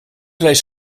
lees